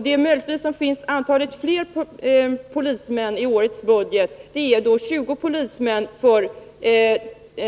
De ytterligare "Torsdagen den tjänster som finns med i årets budget är 20 polismän för